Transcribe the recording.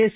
S